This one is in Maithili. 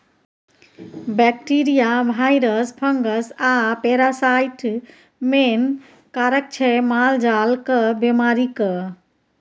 बैक्टीरिया, भाइरस, फंगस आ पैरासाइट मेन कारक छै मालजालक बेमारीक